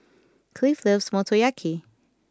Cliff loves Motoyaki